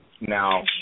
Now